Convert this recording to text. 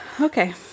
Okay